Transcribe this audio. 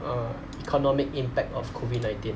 uh economic impact of COVID nineteen